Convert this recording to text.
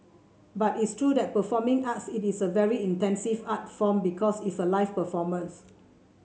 but it's true that performing arts it is a very intensive art form because it's a live performance